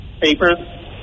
Papers